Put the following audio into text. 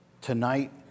tonight